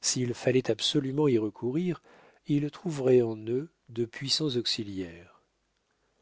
s'il fallait absolument y recourir il trouverait en eux de puissants auxiliaires